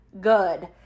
good